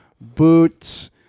boots